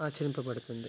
ఆచరింపబడుతుంది